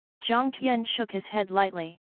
jiang tian shook his head lightly.